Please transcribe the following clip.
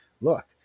look